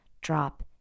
drop